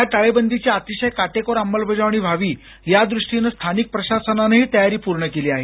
या टाळेबंदीची अतिशय काटेकोर अंमलबजावणी व्हावी यादृष्टीनं स्थानिक प्रशासनानंही तयारी पूर्ण केली आहे